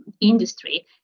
industry